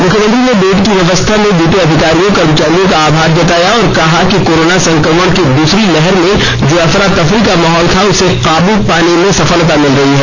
मुख्यमंत्री ने बेड की व्यवस्था में जुटे अधिकारियों कर्मचारियों का आभार जताया और कहा कि कोरोना सं क्र मण की दूसरी लहर में जो अफरा तफरी का माहौल था उस काबू पाने में सफलता मिल रही है